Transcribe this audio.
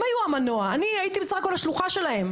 הם היו המנוע; אני הייתי השלוחה שלהם,